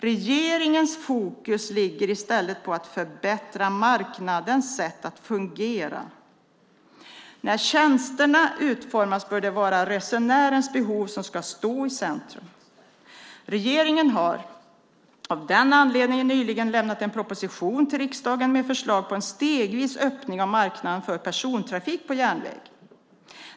Regeringens fokus ligger i stället på att förbättra marknadens sätt att fungera. När tjänsterna utformas bör det vara resenärernas behov som ska stå i centrum. Regeringen har av den anledningen nyligen lämnat en proposition till riksdagen med förslag på en stegvis öppning av marknaden för persontrafik på järnväg.